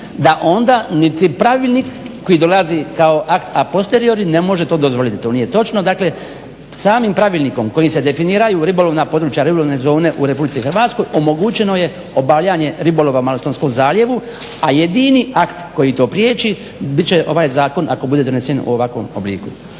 da onda niti pravilnik koji dolazi akt a posteriori ne može to dozvoliti. To nije točno. Dakle samim pravilnikom kojim se definiraju ribolovna područja ribolovne zone u RH omogućeno je obavljanje ribolova u Malostonskom zaljevu a jedini akt koji to priječi bit će ovaj zakon ako bude donese u ovakvom obliku.